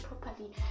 properly